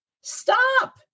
stop